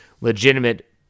legitimate